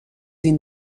این